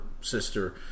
sister